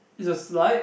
is a slide